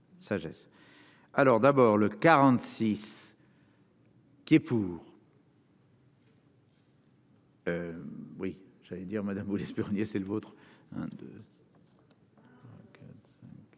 alors d'abord le 46. Qui est pour. Oui, j'allais dire, madame vous l'espériez, c'est le vôtre.